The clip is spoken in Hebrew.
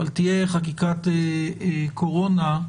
אבל תהיה חקיקת קורונה,